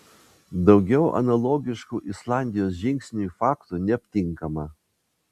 daugiau analogiškų islandijos žingsniui faktų neaptinkama